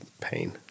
pain